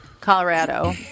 Colorado